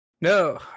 No